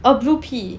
a blue pea